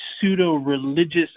pseudo-religious